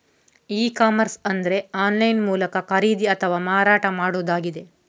E commerce ಅಂದ್ರೆ online ಮೂಲಕ ಖರೀದಿ ಅಥವಾ ಮಾರಾಟ ಮಾಡುದಾಗಿದೆ